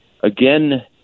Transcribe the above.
again